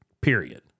Period